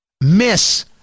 miss